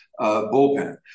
bullpen